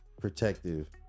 protective